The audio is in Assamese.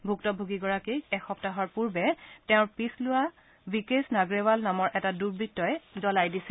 ভুক্তভোগীগৰাকীক এসপ্তাহৰ পূৰ্বে তেওঁৰ পিছ লোৱা ৱিকেশ নাগ্ৰেৱাল নামৰ এটা দুৰ্বৃত্তই জব্বাই দিছিল